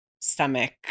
stomach-